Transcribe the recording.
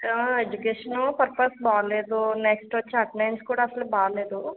education purpose బాలేదు next వచ్చి attendance కూడా అసలు బాలేదు